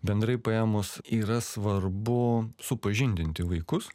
bendrai paėmus yra svarbu supažindinti vaikus